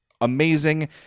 amazing